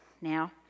now